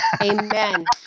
Amen